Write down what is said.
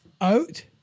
out